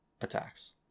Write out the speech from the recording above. attacks